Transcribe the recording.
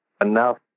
enough